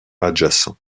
adjacents